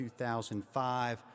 2005